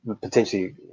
potentially